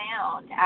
found